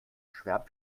schwärmt